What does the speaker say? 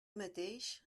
mateix